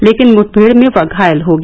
लेकिन मुठभेड़ में वह घायल हो गया